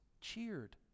cheered